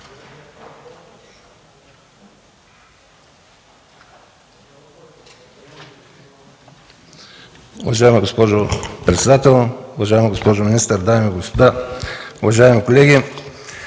Уважаема госпожо председател, уважаема госпожо министър, дами и господа! Уважаеми колеги,